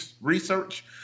research